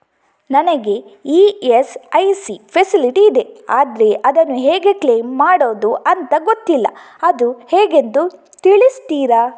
ನನಗೆ ESIC facility ಇದೆ ಆದ್ರೆ ಅದನ್ನು ಹೇಗೆ ಕ್ಲೇಮ್ ಮಾಡೋದು ಅಂತ ಗೊತ್ತಿಲ್ಲ ಅದು ಹೇಗೆಂದು ತಿಳಿಸ್ತೀರಾ?